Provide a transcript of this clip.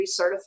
recertified